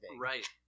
right